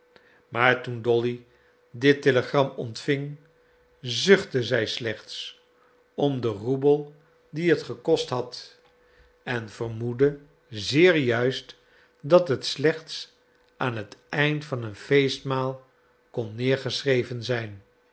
maar toen dolly dit telegram ontving zuchtte zij slechts om den roebel dien het gekost had en vermoedde zeer juist dat het slechts aan het eind van een feestmaal kon neergeschreven zijn